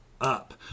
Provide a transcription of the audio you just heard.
up